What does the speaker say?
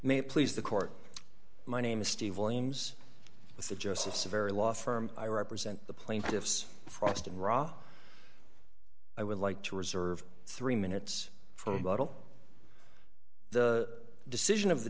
it please the court my name is steve williams with the justice a very law firm i represent the plaintiffs frost and ra i would like to reserve three minutes from about all the decision of the